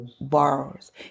borrowers